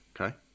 Okay